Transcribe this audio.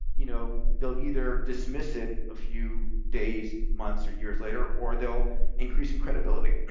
you know they'll either dismiss it a few days, months or years later, or they'll increase in credibility.